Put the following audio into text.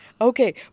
Okay